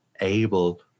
able